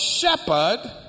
shepherd